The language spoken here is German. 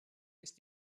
ist